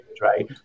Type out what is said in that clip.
right